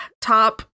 top